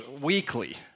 weekly